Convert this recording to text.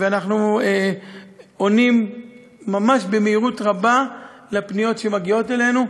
אנחנו עונים ממש במהירות רבה על פניות שמגיעות אלינו,